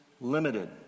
limited